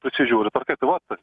pasižiūri per ką tą uostas